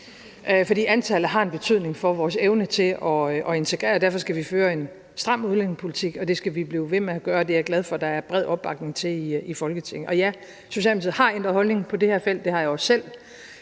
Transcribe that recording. for antallet har en betydning for vores evne til at integrere, og derfor skal vi føre en stram udlændingepolitik, og det skal vi blive ved med at gøre. Det er jeg glad for at der er bred opbakning til i Folketinget. Og ja, Socialdemokratiet har ændret holdning på det her felt. Det har jeg også selv